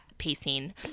pacing